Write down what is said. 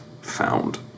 found